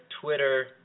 Twitter